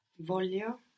voglio